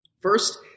First